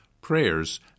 prayers